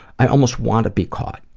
i almost want to be caught.